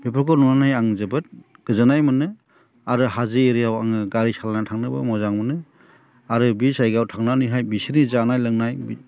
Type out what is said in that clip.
बेफोरखौ नुनानै आं जोबोद गोजोननाय मोनो आरो हाजो एरियायाव आं गारि सालायनानै थांनोबो मोजां मोनो आरो बे जायगायाव थांनानैहाय बिसोरनि जानाय लोंनाय